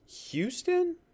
Houston